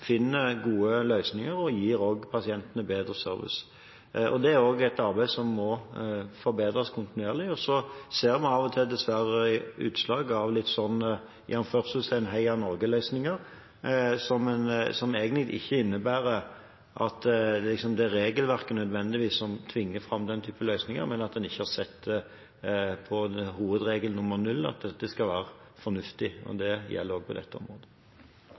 finner gode løsninger og gir pasientene bedre service. Det er også et arbeid som må forbedres kontinuerlig. Så ser vi av og til dessverre utslag av «Heia Norge»-løsninger, som innebærer at det ikke nødvendigvis er regelverket som tvinger fram den type løsninger, men at en ikke har sett på hovedregel nummer null, at dette skal være fornuftig. Det gjelder også på dette området.